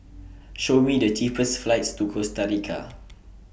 Show Me The cheapest flights to Costa Rica